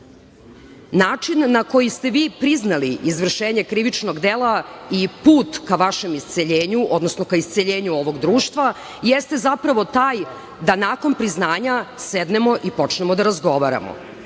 dela. Način na koji ste vi priznali izvršenje krivičnog dela i put ka vašem isceljenju, odnosno ka isceljenju ovog društva jeste zapravo taj da nakon priznanja sednemo i počnemo da razgovaramo.U